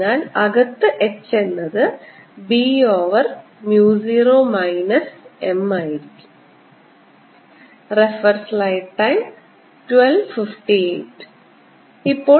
അതിനാൽ അകത്ത് H എന്നത് B over mu 0 minus M ആയിരിക്കും